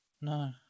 No